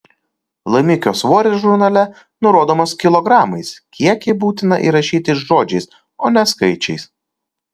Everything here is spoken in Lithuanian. laimikio svoris žurnale nurodomas kilogramais kiekį būtina įrašyti žodžiais o ne skaičiais